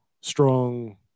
strong